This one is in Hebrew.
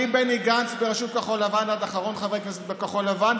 מבני גנץ בראשות כחול לבן עד אחרון חברי הכנסת בכחול לבן,